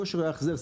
כושר ההחזר,